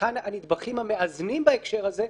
כאחד הנדבכים המאזנים בהקשר הזה,